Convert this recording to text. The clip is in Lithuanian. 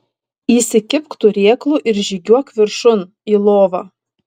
įsikibk turėklų ir žygiuok viršun į lovą